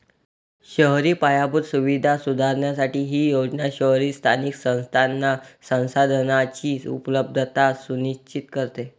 शहरी पायाभूत सुविधा सुधारण्यासाठी ही योजना शहरी स्थानिक संस्थांना संसाधनांची उपलब्धता सुनिश्चित करते